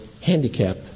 handicap